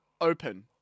open